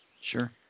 Sure